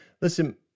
Listen